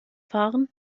fahren